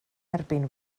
erbyn